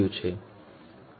તેથી તમે આને લાગુ કરો